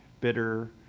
bitter